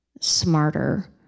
smarter